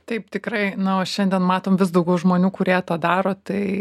taip tikrai na o šiandien matom vis daugiau žmonių kurie tą daro tai